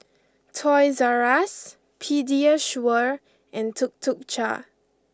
Toys R Us Pediasure and Tuk Tuk Cha